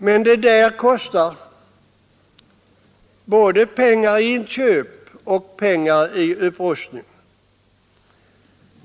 Denna utveckling kostar emellertid pengar både för inköp och för utlösning.